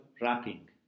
wrapping